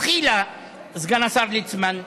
סגן השר ליצמן,